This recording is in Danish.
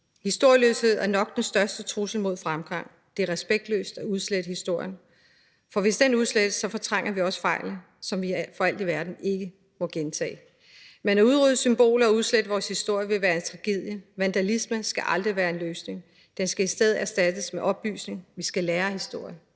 Historieløshed er nok den største trussel mod fremgang. Det er respektløst at udslette historien, for hvis den udslettes, fortrænger vi også fejlen, som vi for alt i verden ikke må gentage. Men at udrydde symboler og udslette vores historie vil være en tragedie. Vandalisme skal aldrig være en løsning. Den skal i stedet erstattes med oplysning. Vi skal lære af historien,